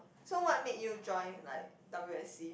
so what make you join like W_S_C